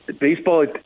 Baseball